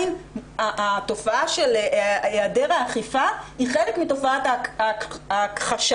התופעה של היעדר אכיפה היא חלק מתופעת ההכחשה.